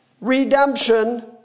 redemption